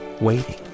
waiting